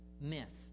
myth